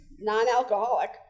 non-alcoholic